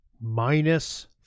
Minus